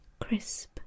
Crisp